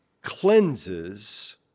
cleanses